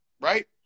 right